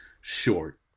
short